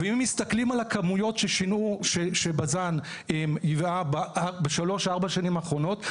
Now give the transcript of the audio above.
אם מסתכלים על הכמויות שבז"ן ייבאה בשלוש-ארבע שנים האחרונות,